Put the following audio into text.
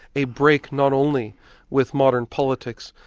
a break not only with modern politics,